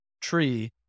tree